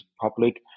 public